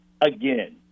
again